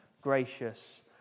gracious